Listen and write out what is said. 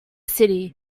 city